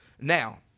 Now